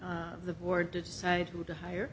of the board to decide who to hire